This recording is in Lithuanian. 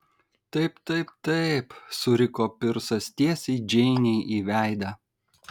taip taip taip suriko pirsas tiesiai džeinei į veidą